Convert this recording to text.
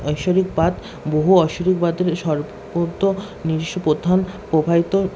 ঐশ্বরিকবাদ বহু ঐশ্বরিকবাদের প্রথম প্রবাহিত